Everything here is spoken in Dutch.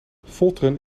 folteren